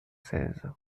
seize